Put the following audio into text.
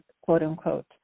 quote-unquote